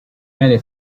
many